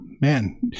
Man